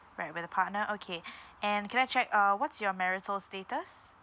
right with a partner okay and can I check uh what's your marital status